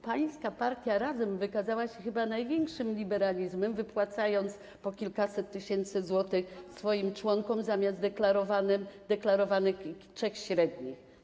Państwa Partia Razem wykazała się chyba największym liberalizmem, wypłacając po kilkaset tysięcy złotych swoim członkom zamiast deklarowanych trzech średnich.